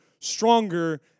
stronger